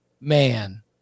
man